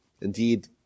Indeed